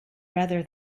rather